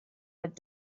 but